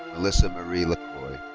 melissa marie lacroix.